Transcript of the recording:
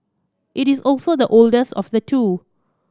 it is also the oldest of the two